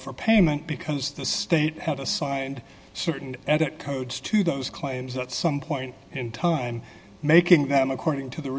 for payment because the state had assigned certain edit codes to those claims at some point in time making them according to the